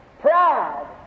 Pride